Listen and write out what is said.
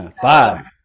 five